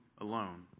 alone